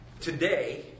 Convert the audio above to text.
today